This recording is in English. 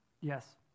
Yes